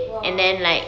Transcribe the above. !wow!